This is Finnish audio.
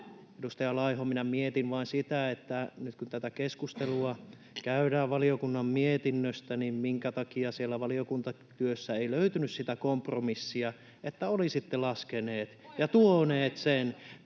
Edustaja Laiho, minä mietin vain sitä, että nyt, kun tätä keskustelua käydään valiokunnan mietinnöstä, niin minkä takia siellä valiokuntatyössä ei löytynyt sitä kompromissia, että olisitte laskeneet ja tuoneet sen